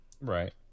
Right